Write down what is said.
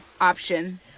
option